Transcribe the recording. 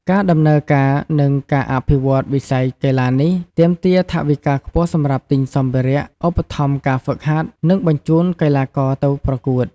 ការដំណើរការ និងការអភិវឌ្ឍន៍វិស័យកីឡានេះ ទាមទារថវិកាខ្ពស់សម្រាប់ទិញសម្ភារៈ ឧបត្ថម្ភការហ្វឹកហាត់ និងបញ្ជូនកីឡាករទៅប្រកួត។